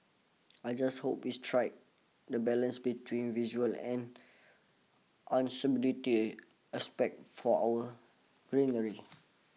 I just hope we strike the balance between visual and usability aspects for our greenery